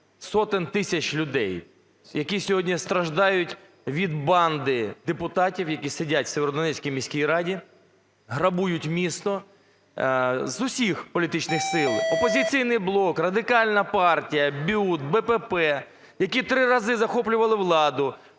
сотень тисяч людей, які сьогодні страждають від банди депутатів, які сидять в Сєвєродонецькій міській раді, грабують місто, з усіх політичних сил "Опозиційний блок", Радикальна партія, БЮТ, БПП, які три рази захоплювали владу,